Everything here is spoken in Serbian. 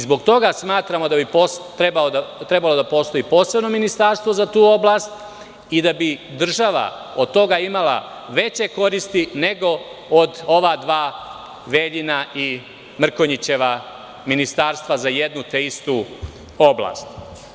Zbog toga smatramo da bi trebalo da postoji posebno ministarstvo za tu oblast i da bi država od toga imala veće koristi nego od ova dva Veljina i Mrkonjićeva ministarstva za jednu te istu oblast.